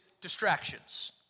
distractions